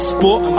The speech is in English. Sport